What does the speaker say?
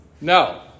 No